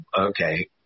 okay